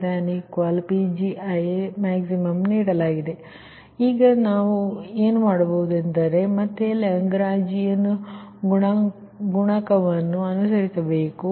ಆದ್ದರಿಂದ ಈಗ ನಾವು ಏನು ಮಾಡಬಹುದೆಂದರೆ ನೀವು ಮತ್ತೆ ಲಗ್ರಾಂಜಿಯನ್ ಗುಣಕವನ್ನು ಅನುಸರಿಸಬೇಕು